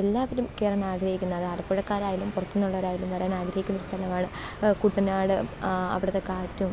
എല്ലാവരും കയറാൻ ആഗ്രഹിക്കുന്ന അത് ആലപ്പുഴക്കാരായാലും പുറത്തുനിന്നുള്ളവരായാലും വരാൻ ആഗ്രഹിക്കുന്നൊരു സ്ഥലമാണ് കുട്ടനാട് അവിടുത്തെ കാറ്റും